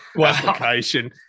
application